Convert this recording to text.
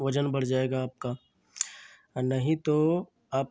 वज़न बढ़ जाएगा आपका और नहीं तो आप